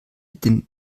dem